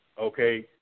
okay